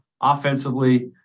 offensively